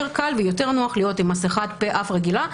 יותר קל ויותר נוח להיות עם מסכת פה-אף רגילה,